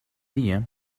día